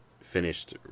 finished